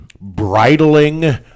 bridling